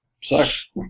sucks